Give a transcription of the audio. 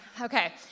Okay